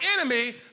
enemy